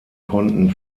konnten